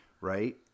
right